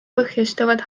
põhjustavad